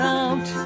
out